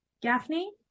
Gaffney